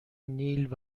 نیل